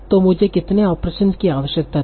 तो मुझे कितने ऑपरेशनों की आवश्यकता थी